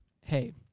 hey